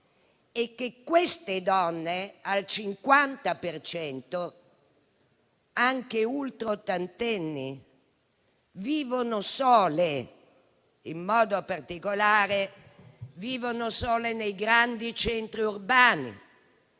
e che queste donne, al 50 per cento anche ultraottantenni, vivono sole: in modo particolare, vivono sole nei grandi centri urbani.